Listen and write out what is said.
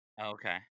Okay